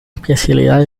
especialidad